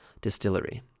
Distillery